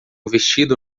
vestido